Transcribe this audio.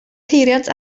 peiriant